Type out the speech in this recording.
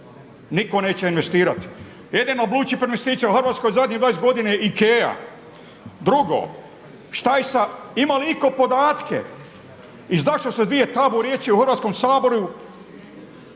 Nitko neće investirati. Jedino …/Govornik se ne razumije./… u Hrvatskoj zadnjih 20 godina je IKEA. Drugo, šta je sa, ima li itko podatke i zašto su dvije tabu riječi u Hrvatskom saboru,